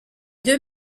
deux